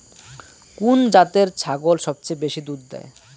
কুন জাতের ছাগল সবচেয়ে বেশি দুধ দেয়?